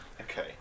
okay